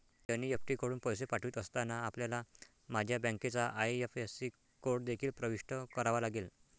NEFT कडून पैसे पाठवित असताना, आपल्याला माझ्या बँकेचा आई.एफ.एस.सी कोड देखील प्रविष्ट करावा लागेल